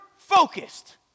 Focused